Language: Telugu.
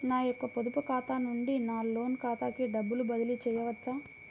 నా యొక్క పొదుపు ఖాతా నుండి నా లోన్ ఖాతాకి డబ్బులు బదిలీ చేయవచ్చా?